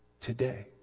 today